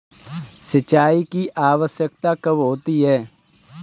सिंचाई की आवश्यकता कब होती है?